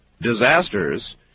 disasters